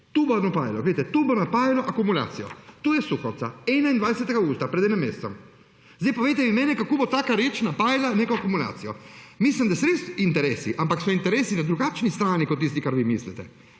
to bo napajalo akumulacijo, to je Suhorica 21. avgusta, pred enim mesecem. Povejte vi meni: Kako bo taka reč napajala neko akumulacijo? Mislim, da so res interesi, ampak so interesi na drugačni strani, kot tisti, kar vi mislite.